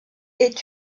est